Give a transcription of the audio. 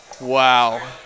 wow